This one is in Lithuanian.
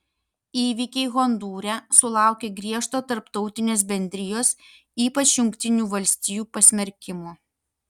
įvykiai hondūre sulaukė griežto tarptautinės bendrijos ypač jungtinių valstijų pasmerkimo